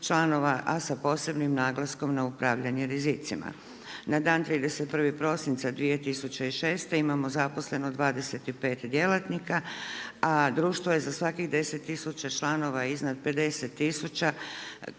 a sa posebnim naglaskom na upravljanje rizicima. Na dan 31. prosinca 2006. imamo zaposleno 25 djelatnika, a društvo je za svakih deset tisuća članova iznad 50 tisuća